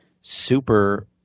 super